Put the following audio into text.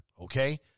Okay